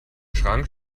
schrank